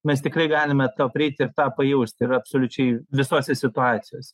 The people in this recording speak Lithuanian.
mes tikrai galime to prieiti ir tą pajausti ir absoliučiai visose situacijose